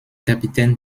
capitaine